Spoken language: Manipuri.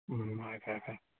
ꯎꯝ ꯍꯣꯏ ꯐꯔꯦ ꯐꯔꯦ